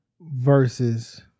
versus